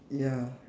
ya